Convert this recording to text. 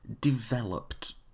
developed